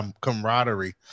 camaraderie